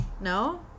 No